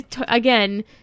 Again